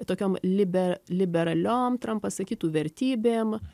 tokiom liber liberaliom trampas sakytų vertybėm